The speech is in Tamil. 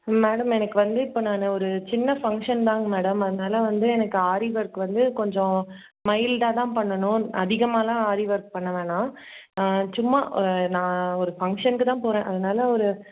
மேடம் எனக்கு வந்து இப்போ நான் ஒரு சின்ன ஃபங்ஷன் தாங்க மேடம் அதனால வந்து எனக்கு ஆரி ஒர்க் வந்து கொஞ்சம் மைல்டாக தான் பண்ணணும் அதிகமாவெலாம் ஆரி ஒர்க் பண்ண வேணாம் சும்மா நான் ஒரு ஃபங்ஷனுக்கு தான் போகிறேன் அதனால் ஒரு